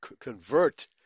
convert